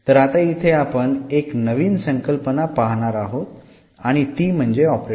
तर आता इथे आपण एक नवीन संकल्पना पाहणार आहोत आणि ती म्हणजे ऑपरेटर